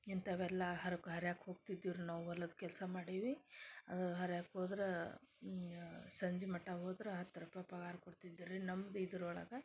ಇಂಥವೆಲ್ಲ ಹರ್ಕ್ ಹರ್ಯಾಕ ಹೋಗ್ತಿದ್ವಿ ರೀ ನಾವು ಹೊಲದ್ ಕೆಲಸ ಮಾಡೀವಿ ಹರ್ಯಾಕ ಹೋದ್ರ ಸಂಜೆ ಮಟ ಹೋದ್ರೆ ಹತ್ತು ರೂಪಾಯಿ ಪಗಾರ ಕೊಡ್ತಿದ್ದು ರೀ ನಮ್ದು ಇದ್ರೊಳಗೆ